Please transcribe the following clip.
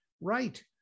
right